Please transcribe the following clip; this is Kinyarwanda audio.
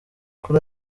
kuri